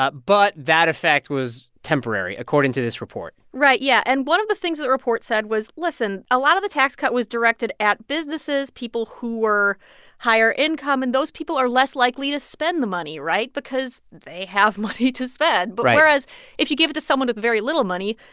ah but that effect was temporary, according to this report right, yeah. and one of the things that report said was, listen a lot of the tax cut was directed at businesses, people who were higher-income, and those people are less likely to spend the money right? because they have money to spend but right but whereas if you give it to someone with very little money,